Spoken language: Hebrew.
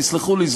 תסלחו לי,